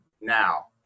Now